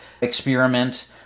experiment